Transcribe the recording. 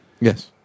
Yes